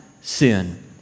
sin